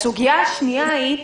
הסוגיה השנייה היא,